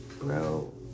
Bro